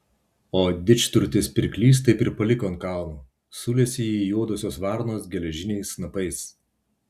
o didžturtis pirklys taip ir paliko ant kalno sulesė jį juodosios varnos geležiniais snapais